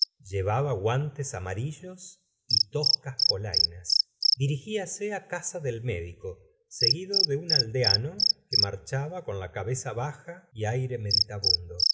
llevaba guantes amarillos y toscas polainas diriglase casa del médico seguido de un aldeano que marchaba con la cabeza baja y aire meditabundo puedo